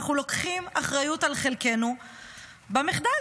אנחנו לוקחים אחריות על חלקנו במחדל.